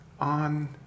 on